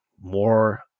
more